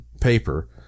paper